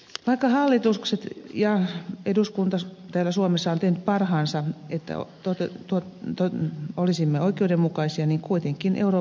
vaikka hallitukset ja eduskunta täällä suomessa ovat tehneet parhaansa että olisimme oikeudenmukaisia niin kuitenkin euro